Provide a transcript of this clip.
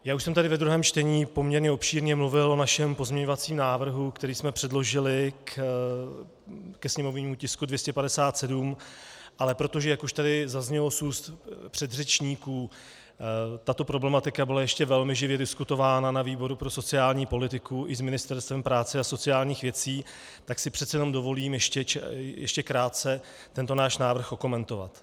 Už jsem tady ve druhém čtení poměrně obšírně mluvil o našem pozměňovacím návrhu, který jsme předložili ke sněmovnímu tisku 257, ale protože, jak už tady zaznělo z úst předřečníků, tato problematika byla ještě velmi živě diskutována na výboru pro sociální politiku i s Ministerstvem práce a sociálních věcí, tak si přece jenom dovolím ještě krátce tento náš návrh okomentovat.